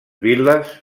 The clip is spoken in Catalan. vil·les